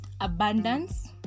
abundance